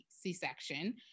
C-section